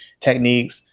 techniques